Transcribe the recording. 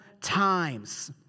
times